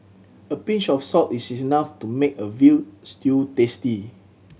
a pinch of salt is enough to make a veal stew tasty